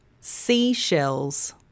seashells